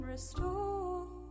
restore